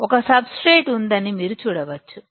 ఒక substrate ఉందని మీరు చూడవచ్చు